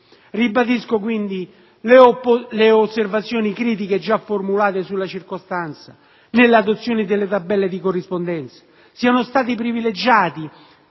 Ribadisco, inoltre, le osservazioni critiche già formulate sulla circostanza che nell'adozione delle tabelle di corrispondenza siano stati privilegiati